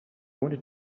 wanted